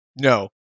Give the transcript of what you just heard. No